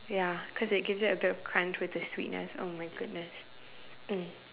ya cause it gives it a bit of crunch with the sweetness oh my goodness mm